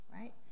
right